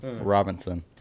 Robinson